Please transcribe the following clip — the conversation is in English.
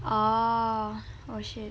orh oh shit